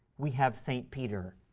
we have saint peter,